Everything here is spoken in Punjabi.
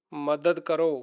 ਮਦਦ ਕਰੋ